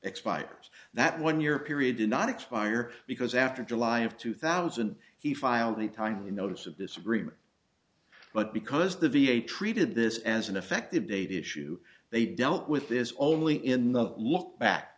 expires that one year period did not expire because after july of two thousand he filed a timely notice of this agreement but because the v a treated this as an effective date issue they dealt with this only in the lookback